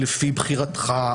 לפי בחירתך,